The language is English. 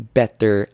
better